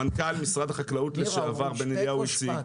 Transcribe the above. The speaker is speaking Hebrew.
שמנכ"ל משרד החקלאות לשעבר בן אליהו הציג,